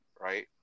right